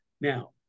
Now